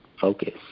focus